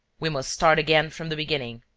we must start again from the beginning.